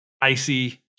icy